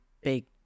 big